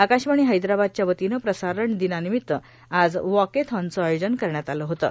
आकाशवाणी हैदराबादच्या वतीनं प्रसारण दिनानिमित्त आज वॉकेथॉनचं आयोजन करण्यात आलं होतं